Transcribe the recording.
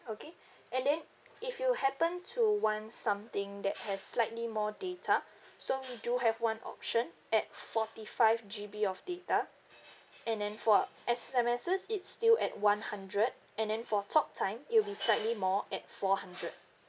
okay and then if you happen to want something that has slightly more data so we do have one option at forty five G_B of data and then for S_M_S it's still at one hundred and then for talk time it will be slightly more at four hundred